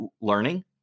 learning